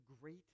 great